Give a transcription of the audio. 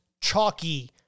chalky